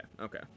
okay